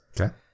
Okay